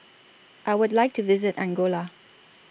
I Would like to visit Angola